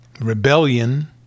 rebellion